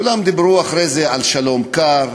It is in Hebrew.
כולם דיברו אחרי זה על שלום קר.